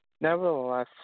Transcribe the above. Nevertheless